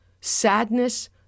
sadness